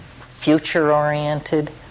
future-oriented